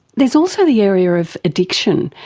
there's also the area of addiction,